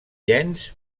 llenç